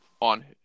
on